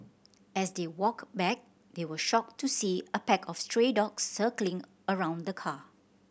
as they walked back they were shocked to see a pack of stray dogs circling around the car